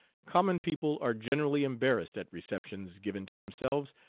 common people are generally embarrassed at receptions given to themselves,